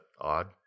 odd